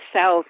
South